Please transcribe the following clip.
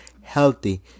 healthy